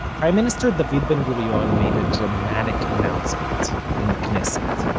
prime minister david ben gurion made a dramatic announcement in the knesset,